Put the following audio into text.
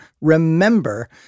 remember